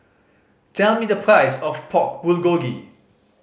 tell me the price of Pork Bulgogi